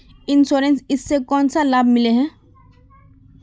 Insurance इस से कोन सा लाभ मिले है?